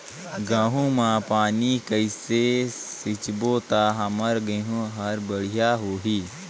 गहूं म पानी कइसे सिंचबो ता हमर गहूं हर बढ़िया होही?